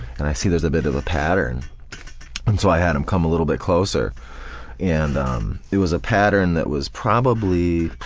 and i see there's a bit of a pattern and so i had him come a little bit closer and it was a pattern that was probably